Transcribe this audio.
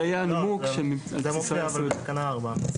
זה